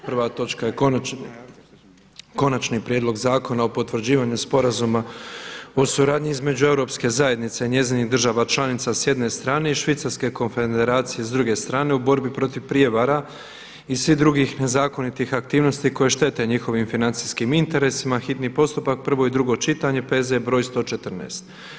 Prva točka je: - Konačni prijedlog Zakona o potvrđivanju Sporazuma o suradnji između Europske zajednice i njezinih država članica s jedne strane i Švicarske konfederacije s druge strane u borbi protiv prijevara i svih drugih nezakonitih aktivnosti koje štete njihovim financijskim interesima, hitni postupak, prvo i drugo čitanje, P.Z. broj 114.